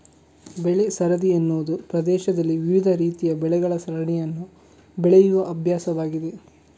ಬೆಳೆ ಸರದಿ ಎನ್ನುವುದು ಪ್ರದೇಶದಲ್ಲಿ ವಿವಿಧ ರೀತಿಯ ಬೆಳೆಗಳ ಸರಣಿಯನ್ನು ಬೆಳೆಯುವ ಅಭ್ಯಾಸವಾಗಿದೆ